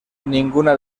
ninguna